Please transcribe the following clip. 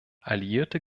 alliierte